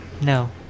No